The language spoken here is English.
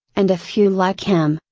and a few like him,